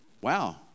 wow